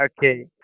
Okay